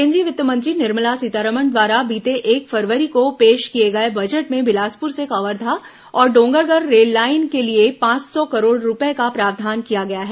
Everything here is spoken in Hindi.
केंद्रीय वित्त मंत्री निर्मला सीतारमन द्वारा बीते एक फरवरी को पेश किए गए बजट में बिलासपुर से कवर्धा और डोंगरगढ़ रेललाइन के लिए पांच सौ करोड़ रूपये का प्रावधान किया गया है